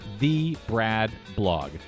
TheBradBlog